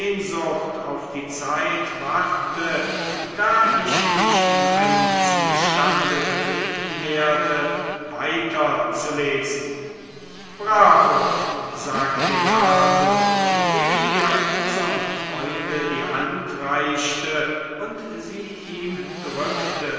auf die zeit warte da ich mich in einem zustande befinden werde weiterzulesen bravo sagte jarno indem er unserm freunde die hand reichte und sie ihm drückte